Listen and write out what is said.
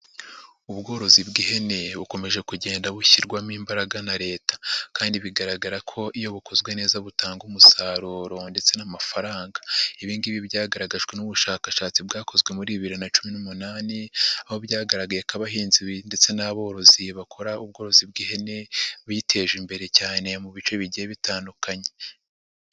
Ubworozi bw'ihene bukomeje kugenda bushyirwamo imbaraga na Leta kandi bigaragara ko iyo bukozwe neza butanga umusaruro ndetse n'amafaranga, ibi ngibi byagaragajwe n'ubushakashatsi bwakozwe muri bibiri na cumi n'umunani, aho byagaragaye ko abahinzi ndetse n'aborozi bakora ubworozi bw'ihene biteje imbere cyane mu bice bigiye bitandukanye.